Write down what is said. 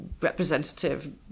representative